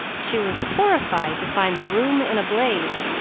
she was horrified to find the room in a blaze,